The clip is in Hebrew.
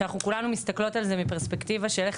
שאנחנו כולנו מסתכלות על זה מפרספקטיבה של איך